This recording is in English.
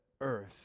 earth